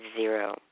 zero